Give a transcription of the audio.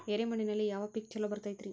ಎರೆ ಮಣ್ಣಿನಲ್ಲಿ ಯಾವ ಪೇಕ್ ಛಲೋ ಬರತೈತ್ರಿ?